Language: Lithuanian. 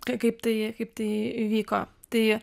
k kaip tai kaip tai įvyko tai